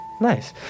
Nice